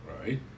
Right